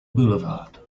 boulevard